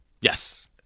Yes